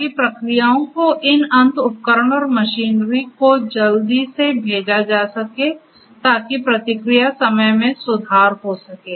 ताकि प्रतिक्रियाओं को इन अंत उपकरण और मशीनरी को जल्दी से भेजा जा सके ताकि प्रतिक्रिया समय में सुधार हो सके